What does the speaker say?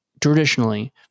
traditionally